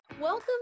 Welcome